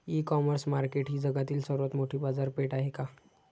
इ commerce market ही जगातील सर्वात मोठी बाजारपेठ आहे का?